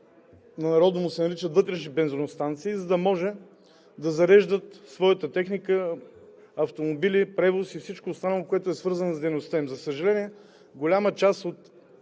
по народному се наричат – вътрешни бензиностанции, за да може да зареждат своята техника, автомобили, превоз и всичко останало, което е свързано с дейността им. За съжаление, на голяма част от